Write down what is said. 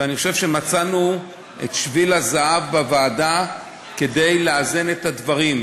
ואני חושב שמצאנו את שביל הזהב בוועדה כדי לאזן את הדברים,